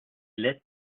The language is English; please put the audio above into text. lit